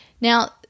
Now